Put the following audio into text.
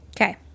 Okay